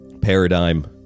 paradigm